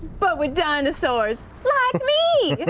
but with dinosaurs. like me!